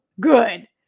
good